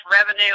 revenue